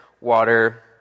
water